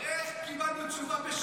תראה איך קיבלנו תשובה בשנייה.